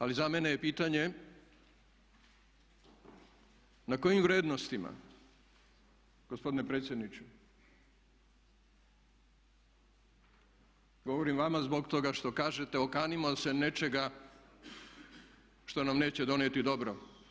Ali za mene je pitanje na kojim vrijednostima gospodine predsjedniče govorim vama zbog toga što kažete okanimo se nečega što nam neće donijeti dobro.